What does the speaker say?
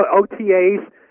OTAs